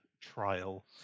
trial